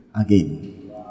again